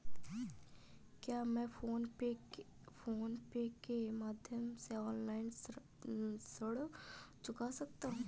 क्या मैं PhonePe के माध्यम से ऑनलाइन ऋण चुका सकता हूँ?